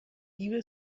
دیو